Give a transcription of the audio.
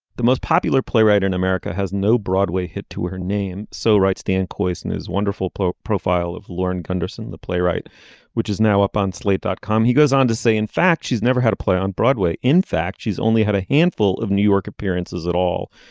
the most popular playwright in america has no broadway hit to her name. so write stand poison is wonderful profile of lorne gundersen the playwright which is now up on slate dot com. he goes on to say in fact she's never had to play on broadway. in fact she's only had a handful of new york appearances at all.